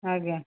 ଆଜ୍ଞା